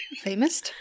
famous